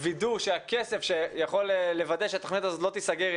וידוא שהכסף שיגיע יוכל לוודא שהתוכנית הזאת לא תיסגר,